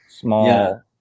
small